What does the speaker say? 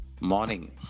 morning